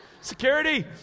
Security